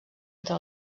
entre